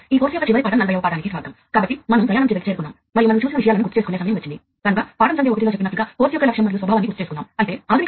కీవర్డ్లు field bus network controller communication repeater field bus పరికరాలు operation station junction box